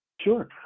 Sure